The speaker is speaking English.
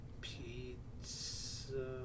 pizza